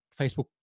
Facebook